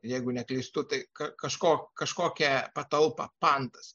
jeigu neklystu tai kažko kažkokia patalpa pantas